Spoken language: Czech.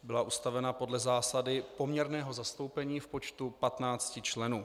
Byla ustavena podle zásady poměrného zastoupení v počtu 15 členů.